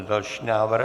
Další návrh.